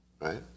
right